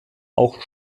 auch